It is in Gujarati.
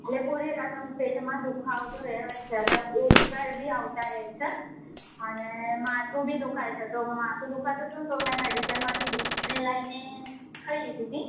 એટલે પૂરી રાત આમ પેટમાં દુઃખાવો તો રહે જ છે ને ઉબકા બી આવતા રહે છે અને માથું બી દુખાય છે તો માથું દુખતું હતું તો મેં મૅડિકલમાંથી ડિસપ્રિન લાવીને ખાઈ લીધી હતી